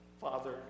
Father